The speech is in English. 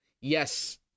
yes